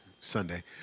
Sunday